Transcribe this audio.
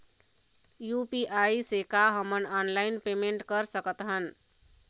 UPI से का हमन ऑनलाइन पेमेंट कर सकत हन?